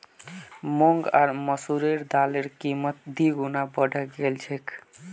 मूंग आर मसूरेर दालेर कीमत दी गुना बढ़े गेल छेक